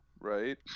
right